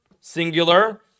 singular